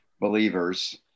believers